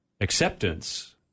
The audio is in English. Acceptance